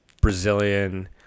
brazilian